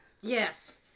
yes